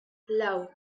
lau